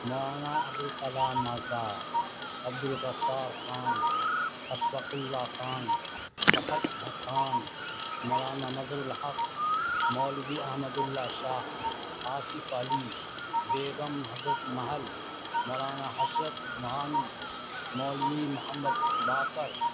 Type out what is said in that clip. Maulana Abul Kalam Azad Abdul Ghaffar Khan Ashfaq Ullah Khan Bakht Khan Maulana Mazhar ul Haq Maulvi Ahmad Ullah Shah Asaf Ali Begum Hazrat Mahal Maulana Hasrat Mohani Maulvi Muhammad Baqir